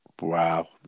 Wow